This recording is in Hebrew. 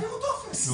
שיעבירו טופס.